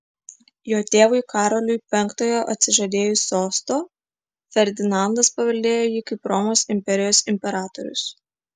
jo tėvui karoliui penktojo atsižadėjus sosto ferdinandas paveldėjo jį kaip romos imperijos imperatorius